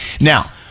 Now